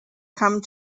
came